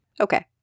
Okay